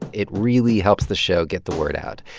it really helps the show get the word out.